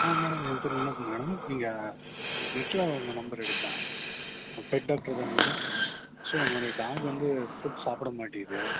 ஆ madam ஏன் பேர் Vinod madam நீங்கள் நெட்டில உங்கள் நம்பர் எடுத்தேன் பெட் டாக்டர் தானே மேடம் ஸோ என்னோடைய டாக் வந்து ஃபுட் சாப்பிடமாட்டிங்குது